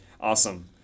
Awesome